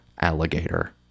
alligator